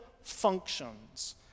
functions